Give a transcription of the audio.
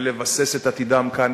ולבסס את עתידם כאן,